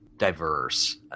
Diverse